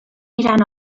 mirant